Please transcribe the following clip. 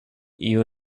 you